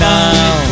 now